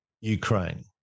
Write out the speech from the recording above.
Ukraine